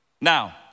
Now